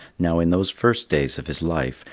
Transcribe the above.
now, in those first days of his life,